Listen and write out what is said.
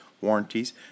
warranties